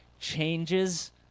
changes